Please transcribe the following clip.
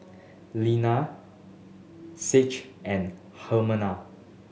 Lina Saige and Hermina